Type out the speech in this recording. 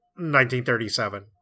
1937